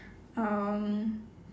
um